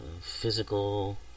physical